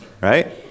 Right